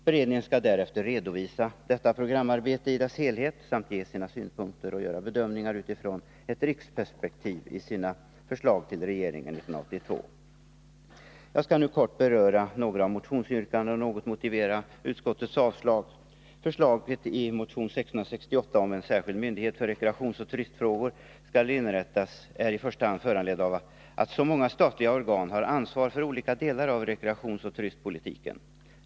Beredningen skall därefter redovisa detta programarbete i dess helhet samt ge sina synpunkter och göra bedömningar utifrån ett riksperspektiv i sina förslag till regeringen år 1982. Jag skall nu kort beröra några av motionsyrkandena och något motivera utskottets avstyrkanden. Förslaget i motion 1668 om att en särskild myndighet för rekreationsoch turistfrågor skall inrättas är i första hand föranledd av att så många statliga organ har ansvar för olika delar av rekreationsoch turistpolitiken.